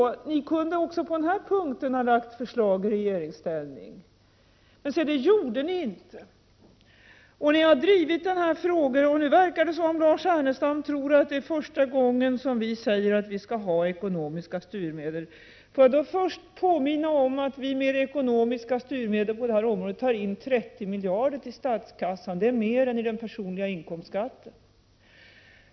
Ni kunde också på den punkten ha lagt fram förslag i regeringsställning, men se det gjorde ni inte. Ni har drivit den här frågan, och nu verkar det som om Lars Ernestam tror att det är första gången som vi säger att vi skall ha ekonomiska styrmedel. Låt mig för det första påminna om att vi med ekonomiska styrmedel på det här området tar in 30 miljarder till statskassan. Det är mer än den personliga inkomstskatten.